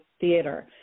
Theater